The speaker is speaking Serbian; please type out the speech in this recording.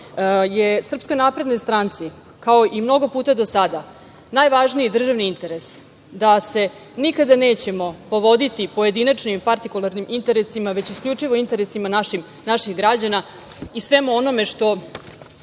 je da je SNS, kao i mnogo puta do sada, najvažniji državni interes, da se nikada nećemo povoditi pojedinačnim i partikularnim interesima, već isključivo interesima naših građana isvemu onome što